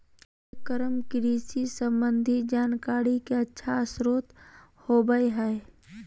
कार्यक्रम कृषि संबंधी जानकारी के अच्छा स्रोत होबय हइ